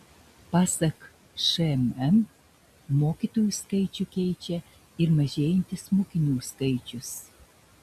pasak šmm mokytojų skaičių keičia ir mažėjantis mokinių skaičius